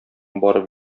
барып